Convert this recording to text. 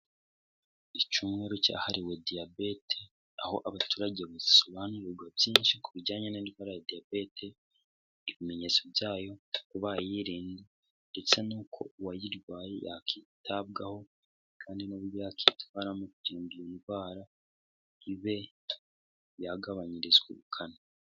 Icyumweru cyahariwe diyabete, aho abaturage ngo zisobanurirwa byinshi ku bijyanye n'indwara ya diyabete, ibimenyetso byayo n'uko bayirinda ndetse n'uko uwayirwaye yakitabwaho kandi n'uburyo yakitwaramo kugira iyi ndwara ibe yagabanyirizwa ubukana.